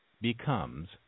becomes